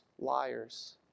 liars